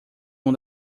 uma